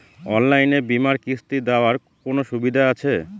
অনলাইনে বীমার কিস্তি দেওয়ার কোন সুবিধে আছে?